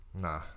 Nah